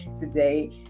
today